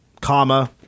comma